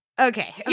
Okay